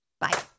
Bye